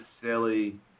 silly